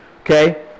Okay